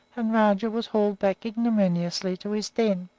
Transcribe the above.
and rajah was hauled back ignominiously to his den.